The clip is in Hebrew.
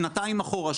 שנתיים אחורה,